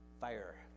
Fire